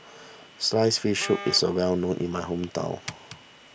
Sliced Fish Soup is a well known in my hometown